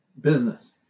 business